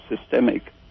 systemic